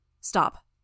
Stop